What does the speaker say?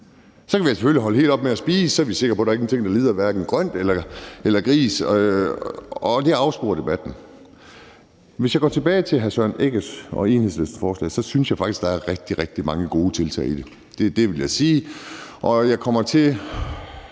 Så kan vi selvfølgelig holde helt op med at spise, og så er vi sikre på, at ingenting lider, hverken grøntsager eller grise, men det afsporer debatten. Hvis jeg går tilbage til hr. Søren Egge Rasmussen og Enhedslistens forslag, synes jeg faktisk, at der er rigtig, rigtig mange gode tiltag i det. Det vil jeg sige. Jeg kommer ikke